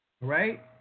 right